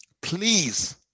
Please